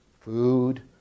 food